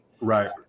Right